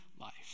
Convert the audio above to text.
life